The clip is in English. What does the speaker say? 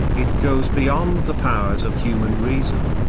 it goes beyond the powers of human reason.